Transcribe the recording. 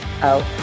out